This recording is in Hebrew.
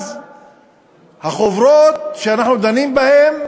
אז החוברות שאנחנו דנים בהן,